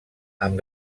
amb